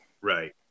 right